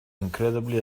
incredibly